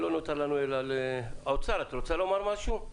משרד האוצר, רוצים לומר משהו?